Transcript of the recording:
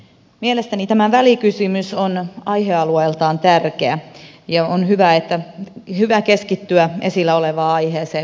mielestäni tämä välikysymys on aihealueeltaan tärkeä ja on hyvä keskittyä esillä olevaan aiheeseen perinpohjaisesti